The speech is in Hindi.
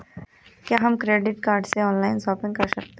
क्या हम क्रेडिट कार्ड से ऑनलाइन शॉपिंग कर सकते हैं?